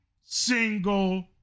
single